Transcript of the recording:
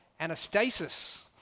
Anastasis